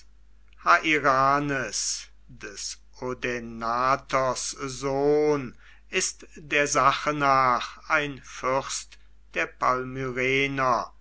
hairanes des odaenathos sohn ist der sache nach ein fürst der